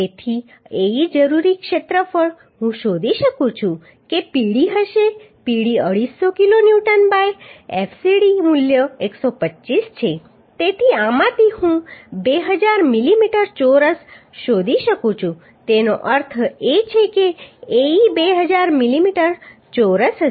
તેથી Ae જરૂરી ક્ષેત્રફળ હું શોધી શકું છું કે Pd હશે Pd 250 kilonewton by fcd fcd મૂલ્ય 125 છે તેથી આમાંથી હું 2000 મિલીમીટર ચોરસ શોધી શકું છું તેનો અર્થ એ છે કે Ae 2000 મિલીમીટર ચોરસ હશે